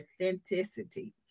authenticity